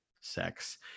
sex